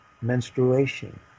menstruation